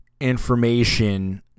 information